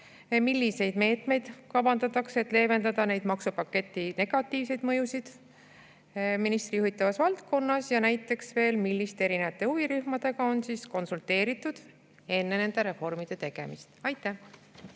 Milliseid meetmeid kavandatakse, et leevendada maksupaketi negatiivseid mõjusid ministri juhitavas valdkonnas? Ja näiteks veel, milliste erinevate huvirühmadega on konsulteeritud enne nende reformide tegemist? Aitäh!